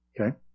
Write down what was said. Okay